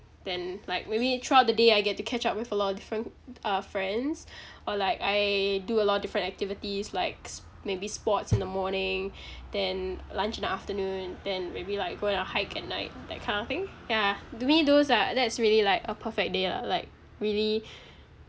then like maybe throughout the day I get to catch up with a lot of different uh friends or like I do a lot of different activities likes maybe sports in the morning then lunch in the afternoon then maybe like go and hike at night that kind of thing yeah to me those are that's really like a perfect day lah like really